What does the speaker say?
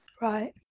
Right